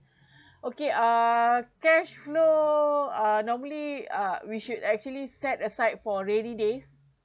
okay err cash flow uh normally uh we should actually set aside for rainy days